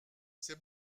c’est